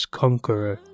conqueror